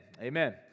Amen